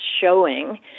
showing